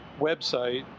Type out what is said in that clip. website